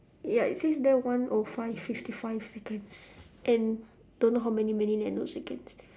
ya it says there one O five fifty five seconds and don't know how many million nanoseconds